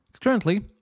Currently